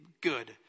good